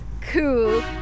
cool